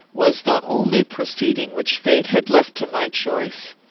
was the only proceeding which fate had left to my choice.